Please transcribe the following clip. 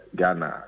Ghana